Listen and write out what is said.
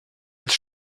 als